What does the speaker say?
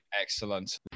Excellent